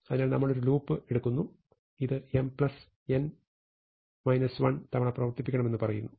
അതിനാൽ നമ്മൾ ഒരു ലൂപ്പ് എടുക്കുന്നു ഇത് mn1 തവണ പ്രവർത്തിപ്പിക്കണമെന്ന് പറയുന്നു